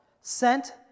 sent